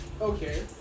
okay